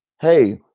Hey